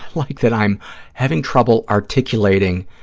like that i'm having trouble articulating